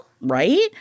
Right